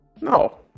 No